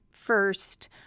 First